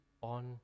on